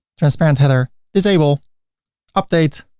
transparent header, disable update,